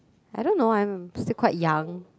I don't know I'm still quite young